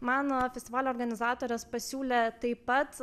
man festivalio organizatorės pasiūlė taip pat